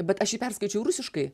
bet aš jį perskaičiau rusiškai